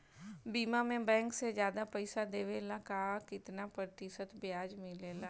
बीमा में बैंक से ज्यादा पइसा देवेला का कितना प्रतिशत ब्याज मिलेला?